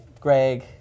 Greg